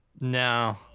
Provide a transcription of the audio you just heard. No